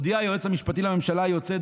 הודיע היועץ המשפטי לממשלה היוצא,